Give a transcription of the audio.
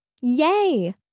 Yay